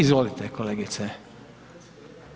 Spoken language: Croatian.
Izvolite, kolegice.